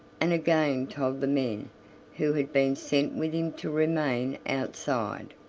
and again told the men who had been sent with him to remain outside.